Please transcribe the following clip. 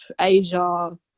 Asia